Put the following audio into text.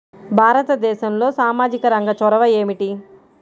భారతదేశంలో సామాజిక రంగ చొరవ ఏమిటి?